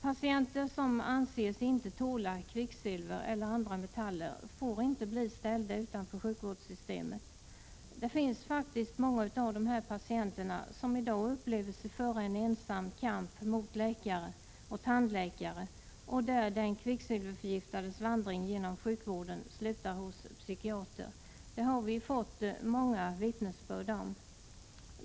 Patienter som anser sig inte tåla kvicksilver eller andra metaller får inte bli ställda utanför sjukvårdssystemet. Det finns faktiskt många patienter som i dag upplever sig föra en ensam kamp mot läkare och tandläkare, och den kvicksilverförgiftades vandring genom sjukvården slutar ofta hos psykiater. Det har vi fått många vittnesbörd om.